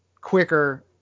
quicker